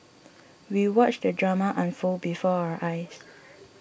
we watched the drama unfold before our eyes